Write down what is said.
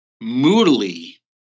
moodily